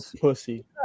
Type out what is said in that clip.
pussy